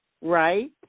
right